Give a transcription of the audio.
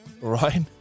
right